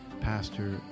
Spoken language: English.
pastor